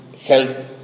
health